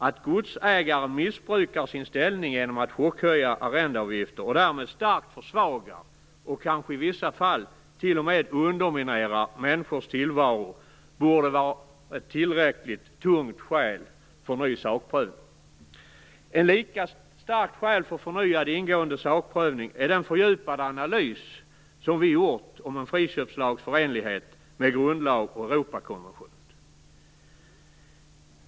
Att godsägare missbrukar sin ställning genom att chockhöja arrendeavgifter och därmed starkt försvagar och kanske i vissa fall t.o.m. underminerar människors tillvaro borde vara ett tillräckligt tungt skäl för ny sakprövning. Ett lika starkt skäl för förnyad ingående sakprövning är den fördjupade analys som vi gjort om en friköpslags förenlighet med grundlag och Europakonvention.